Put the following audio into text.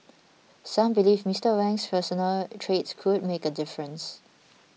some believe Mister Wang's personal traits could make a difference